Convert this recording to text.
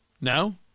No